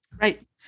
Right